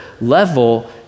level